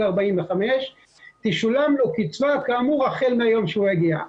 45 תשולם לו קצבה כאמור החל מהיום שהוא הגיע.